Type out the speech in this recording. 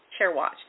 ChairWatch